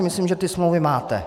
Myslím si, že ty smlouvy máte.